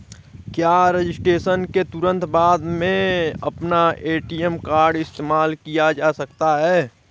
क्या रजिस्ट्रेशन के तुरंत बाद में अपना ए.टी.एम कार्ड इस्तेमाल किया जा सकता है?